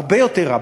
הרבה יותר רע.